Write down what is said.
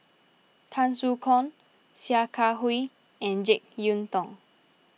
Tan Soo Khoon Sia Kah Hui and Jek Yeun Thong